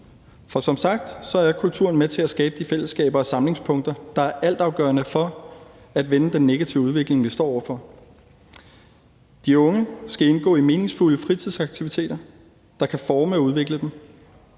For som sagt er kulturen med til at skabe de fællesskaber og samlingspunkter, der er altafgørende for at vende den negative udvikling, vi står over for. De unge skal indgå i meningsfulde fritidsaktiviteter, der kan forme og udvikle dem.